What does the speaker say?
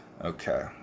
Okay